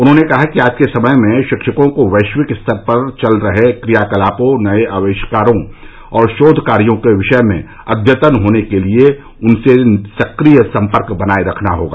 उन्होंने कहा कि आज के समय में शिक्षकों को वैश्विक स्तर पर चल रहे क्रियाकलापों नये आविष्कारों और शोघ कार्यों के विषय में अद्यतन होने के लिये उनसे सक्रिय सम्पर्क बनाये रखना होगा